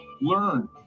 learn